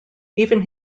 even